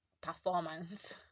performance